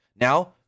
Now